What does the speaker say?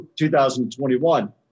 2021